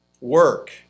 work